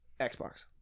Xbox